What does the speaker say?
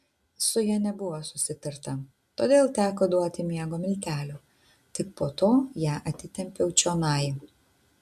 su ja nebuvo susitarta todėl teko duoti miego miltelių tik po to ją atitempiau čionai